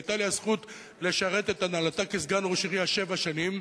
והיתה לי הזכות לשרת את הנהלתה כסגן ראש עירייה שבע שנים,